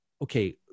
okay